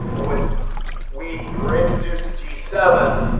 and when we were introduced to g seven,